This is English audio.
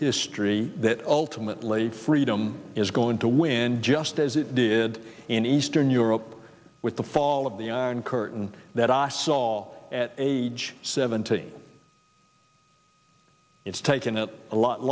history that ultimately freedom is going to win just as it did in eastern europe with the fall of the iron curtain that i saw all at age seventeen it's taken it a lot